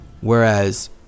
Whereas